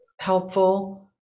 helpful